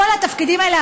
כל התפקידים האלה,